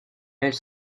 elle